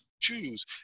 choose